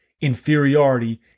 inferiority